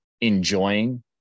enjoying